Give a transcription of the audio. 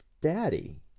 daddy